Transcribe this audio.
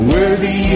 Worthy